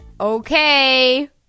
Okay